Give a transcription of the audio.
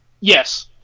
yes